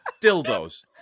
Dildos